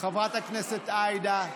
חברת הכנסת עאידה.